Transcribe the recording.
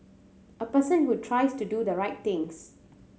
a person who tries to do the right things